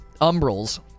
Umbrals